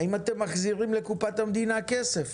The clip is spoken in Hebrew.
האם אתם מחזירים לקופת המדינה כסף